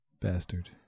bastard